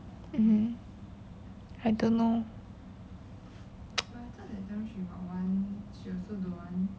um I don't know